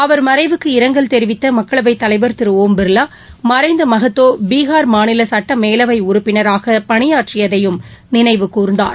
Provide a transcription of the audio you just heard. அவர் மறைவுக்கு இரங்கல் தெரிவித்த மக்களவை தலைவர் திரு ஒம் பிர்லா மறைந்த மகத்தோ பீகார் மாநில சட்டமேலவை உறுப்பினராக பணியாற்றியதையும் நினைவு கூர்ந்தார்